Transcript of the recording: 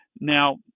Now